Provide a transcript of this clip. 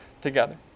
together